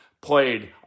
played